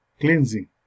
cleansing